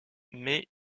mais